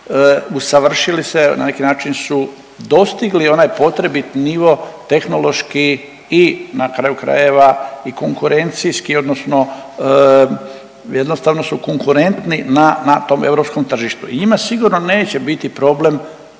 usavršili se, na neki način su dostigli onaj potrebit nivo tehnološki i na kraju krajeva, i konkurencijski odnosno jednostavno su konkurentni na tom europskom tržištu i njima sigurno neće biti problem